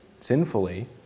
sinfully